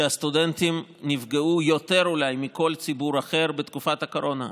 שהסטודנטים נפגעו יותר אולי מכל ציבור אחר בתקופת הקורונה.